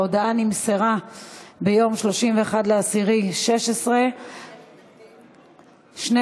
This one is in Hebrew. ההודעה נמסרה ביום 31 באוקטובר 2016. יש שני